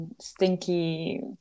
stinky